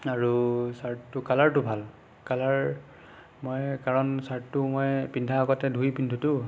আৰু ছাৰ্টটো কালাৰটো ভাল কালাৰ মই কাৰণ ছাৰ্টটো মই পিন্ধাৰ আগতে ধুই পিন্ধোটো